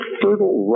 fertile